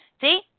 See